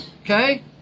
Okay